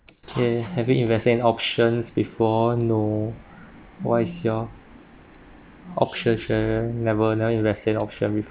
ya have you invested in options before no why is your option share never never invested in option before